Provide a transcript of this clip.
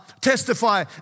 testify